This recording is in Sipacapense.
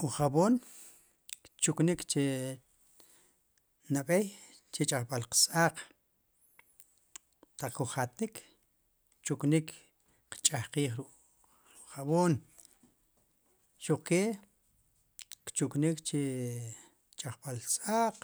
Wu jab'oom kchunik chi nab'ey chu ch'ajb'al qs- aaq taq kuj atnik, kchunik qch'aaj qiij, rujab'oom xuqke kchuknik chi ch'aajb'al s-aaq